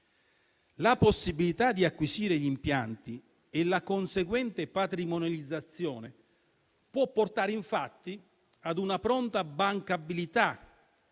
La possibilità di acquisire gli impianti e la conseguente patrimonializzazione possono portare a una pronta bancabilità